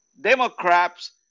Democrats